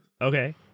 Okay